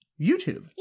YouTube